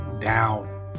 Down